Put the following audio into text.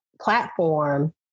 platform